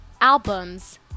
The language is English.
albums